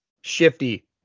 Shifty